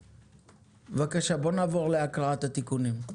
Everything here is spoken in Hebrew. בבקשה, בואו נעבור להקראת התיקונים.